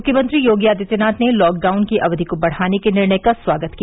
मुख्यमंत्री योगी आदित्यनाथ ने लॉकडाउन की अवधि को बढ़ाने के निर्णय का स्वागत किया